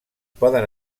poden